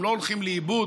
הם לא הולכים לאיבוד,